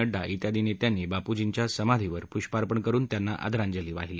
नड्डा त्यादी नेत्यांनी बापूजींच्या समाधीवर पुष्पार्पण करुन त्यांना आदरांजली वाहिली